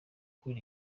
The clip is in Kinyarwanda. cool